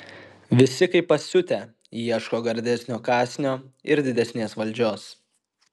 visi kaip pasiutę ieško gardesnio kąsnio ir didesnės valdžios